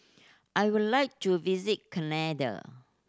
I would like to visit Canada